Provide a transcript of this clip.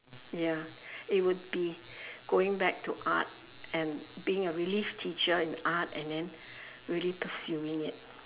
ya it would be going back to art and being a relief teacher in art and then really pursuing it